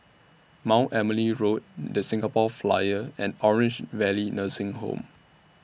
Mount Emily Road The Singapore Flyer and Orange Valley Nursing Home